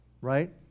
Right